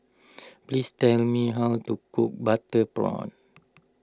please tell me how to cook Butter Prawns